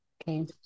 Okay